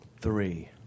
three